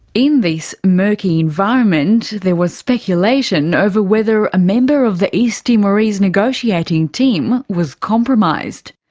in this murky environment, there was speculation over whether a member of the east timorese negotiating team was compromised.